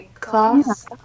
Class